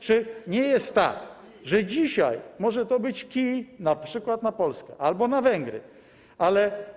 Czy nie jest tak, że dzisiaj może to być kij np. na Polskę albo na Węgry, ale.